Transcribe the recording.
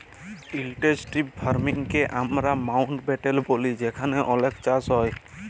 intensive farming কে আমরা মাউল্টব্যাটেল ব্যলি যেখালে অলেক চাষ হ্যয়